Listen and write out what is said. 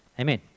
Amen